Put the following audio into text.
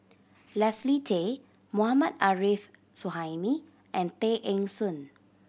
Leslie Tay Mohammad Arif Suhaimi and Tay Eng Soon